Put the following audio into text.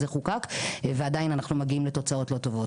חוקק ועדין אנחנו מגיעים לתוצאות לא טובות.